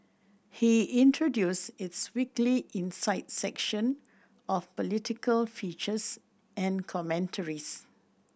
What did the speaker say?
he introduced its weekly insight section of political features and commentaries